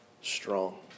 strong